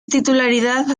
titularidad